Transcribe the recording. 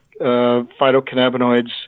phytocannabinoids